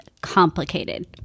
complicated